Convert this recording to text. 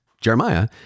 Jeremiah